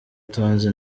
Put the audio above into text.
tonzi